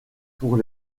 pour